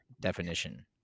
definition